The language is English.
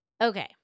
Okay